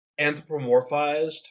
anthropomorphized